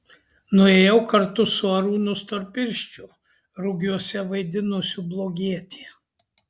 nuėjau kartu su arūnu storpirščiu rugiuose vaidinusiu blogietį